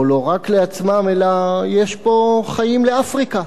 או לא רק לעצמם, אלא יש פה חיים לאפריקה.